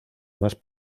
más